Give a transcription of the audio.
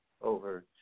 over